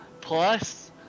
plus